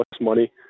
money